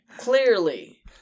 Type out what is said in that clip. Clearly